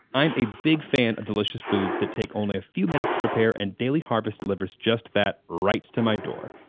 i'm a big fan of delicious foods that take only a few minutes to prepare and daily harvest delivers just that right to my door,